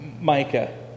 Micah